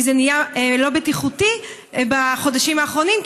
כי זה נהיה לא בטיחותי בחודשים האחרונים,